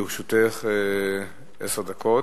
לרשותך עשר דקות.